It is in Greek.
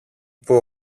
που